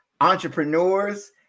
entrepreneurs